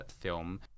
film